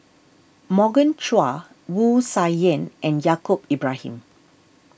Morgan Chua Wu Tsai Yen and Yaacob Ibrahim